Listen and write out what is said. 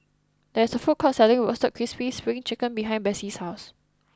there is a food court selling Roasted Crispy Spring Chicken behind Besse's house